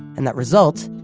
and that result,